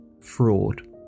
fraud